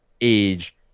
age